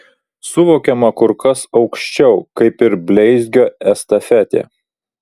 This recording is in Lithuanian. suvokiama kur kas aukščiau kaip ir bleizgio estafetė